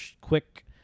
quick